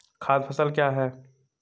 खाद्य फसल क्या है?